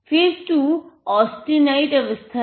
phase 2 austenite अवस्था है